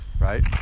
right